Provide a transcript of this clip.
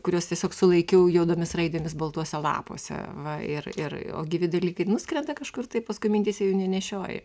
kuriuos tiesiog sulaikiau juodomis raidėmis baltuose lapuose va ir ir o gyvi dalykai nuskrenda kažkur tai paskui mintyse jų nenešioji